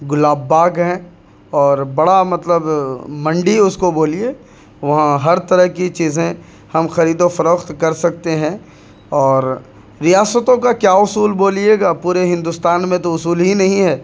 گلاب باغ ہیں اور بڑا مطلب منڈی اس کو بولیے وہاں ہر طرح کی چیزیں ہم خرید و فروخت کر سکتے ہیں اور ریاستوں کا کیا اصول بولیے گا پورے ہندوستان میں تو اصول ہی نہیں ہے